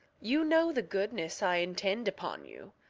you know the goodness i intend upon you.